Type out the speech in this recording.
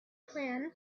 plan